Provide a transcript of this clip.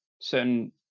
certain